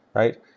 right?